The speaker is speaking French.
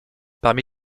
parmi